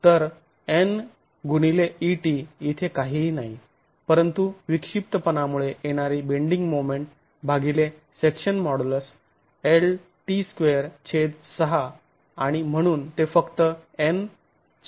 तर N x et इथे काहीही नाही परंतु विक्षिप्तपणामूळे येणारी बेंडींग मोमेंट भागिले सेक्शन मॉडुलस lt26 आणि म्हणून ते फक्त Nlt आहे